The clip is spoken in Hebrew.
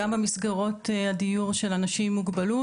גם במסגרות הדיור של אנשים עם מוגבלות,